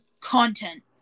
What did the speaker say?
Content